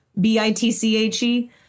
B-I-T-C-H-E